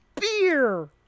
beer